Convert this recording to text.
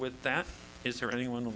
with that is there anyone